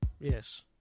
Yes